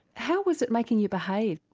how was it making you behave?